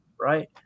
right